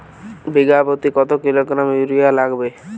বিঘাপ্রতি কত kilogram urea লাগবে?